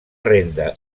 renda